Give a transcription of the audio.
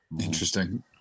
Interesting